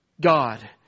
God